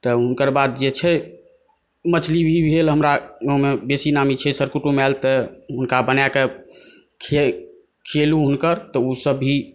तऽ हुनकर बाद जे छै मछली भी भेल हमरा गाँवमे बेसी नामी छै कर कुटुम्ब आएल तऽ हुनका बनाए कऽ खियेलहुँ हुनकर तऽ ओ सभ भी